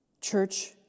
Church